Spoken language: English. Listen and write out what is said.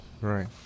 Right